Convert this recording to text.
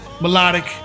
Melodic